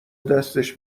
دستش